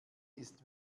ist